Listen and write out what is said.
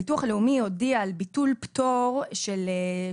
הביטוח הלאומי הודיע על ביטול פטור 2%